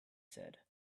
said